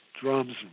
drums